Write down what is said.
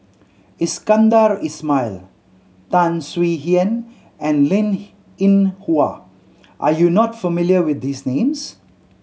Iskandar Ismail Tan Swie Hian and Linn In Hua are you not familiar with these names